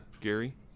Gary